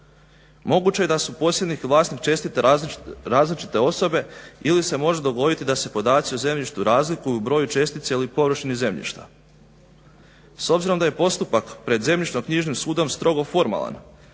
Moguće je da su posjednik i vlasnik čestice različite osobe ili se može dogoditi da se podaci o zemljištu razlikuju u broju čestice ili površini zemljišta. S obzirom da je postupak pred Zemljišno-knjižnim sudom strogo formalan,